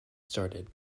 started